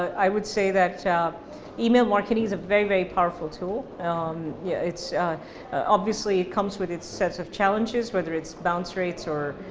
i would say that email marketing is a very very powerful tool um yeah obviously it comes with it sets of challenges, whether it's bounce rates or,